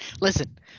listen